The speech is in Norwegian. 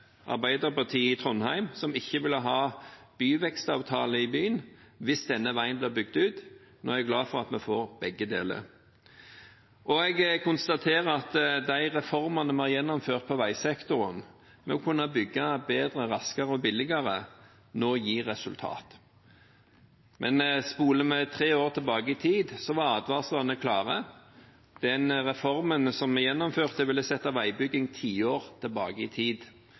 Arbeiderpartiet i Trondheim, som ikke ville ha byvekstavtale i byen hvis denne veien ble bygd ut. Nå er jeg glad for at vi får begge deler. Jeg konstaterer at de reformene vi har gjennomført i veisektoren – med å kunne bygge bedre, raskere og billigere – nå gir resultater. Men spoler vi tre år tilbake i tid, var advarslene klare: Den reformen som vi gjennomførte, ville sette veibyggingen tiår tilbake i tid.